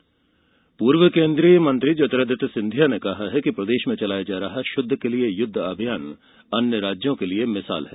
सिंधिया पूर्व केन्द्रीय मंत्री ज्योतिरादित्य सिंधिया ने कहा कि प्रदेश में चलाया जा रहा शुद्ध के लिय युद्ध अभियान अन्य राज्यों के लिये मिसाल है